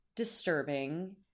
disturbing